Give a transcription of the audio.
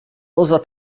poza